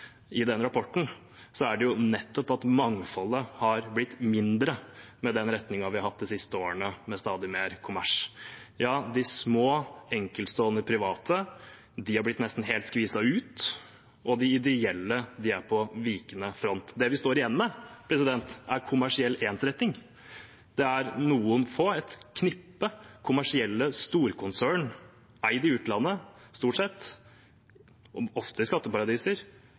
i den rapporten, er det nettopp at mangfoldet har blitt mindre med den retningen vi har hatt de siste årene med stadig mer kommers. De små, enkeltstående private har blitt nesten helt skviset ut, og de ideelle er på vikende front. Det vi står igjen med, er kommersiell ensretting. Det er noen få, et knippe, kommersielle storkonserner – stort sett eid i utlandet, og ofte i skatteparadiser